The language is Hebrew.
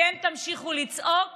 אתם תמשיכו לצעוק